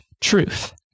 truth